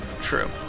True